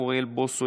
אוריאל בוסו,